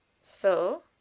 So